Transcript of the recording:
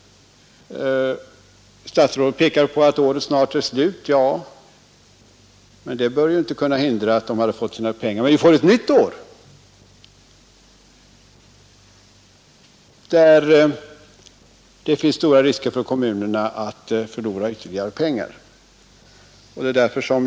Statsrådet pekar på att året snart är slut. Ja, men detta bör ju inte hindra att kommunerna får sina pengar. Dessutom får vi ett nytt år då det finns stora risker för kommunerna att förlora ytterligare pengar.